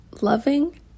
loving